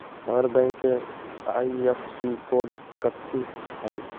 हमर बैंक के IFSC code कथि हई?